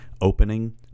opening